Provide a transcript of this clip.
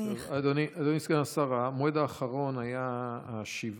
אדוני סגן השר, המועד האחרון היה 7 בנובמבר,